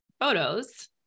photos